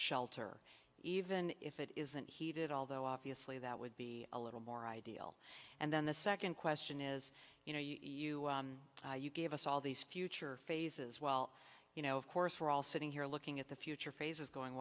shelter even if it isn't heated although obviously that would be a little more ideal and then the second question is you know you gave us all these future phases well you know of course we're all sitting here looking at the future phases going